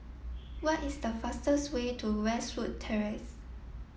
what is the fastest way to Westwood Terrace